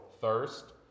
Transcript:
thirst